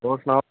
ਹੋਰ ਸੁਣਾਓ